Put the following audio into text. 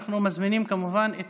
אנחנו מזמינים כמובן את